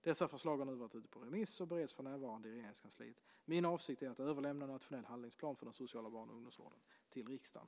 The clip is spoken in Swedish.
Dessa förslag har nu varit ute på remiss och bereds för närvarande i Regeringskansliet. Min avsikt är att överlämna en nationell handlingsplan för den sociala barn och ungdomsvården till riksdagen.